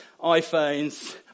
iPhones